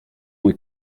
mój